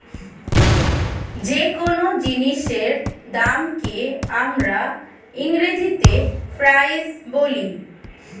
যে কোন জিনিসের দামকে আমরা ইংরেজিতে প্রাইস বলি